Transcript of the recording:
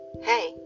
Hey